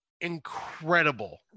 incredible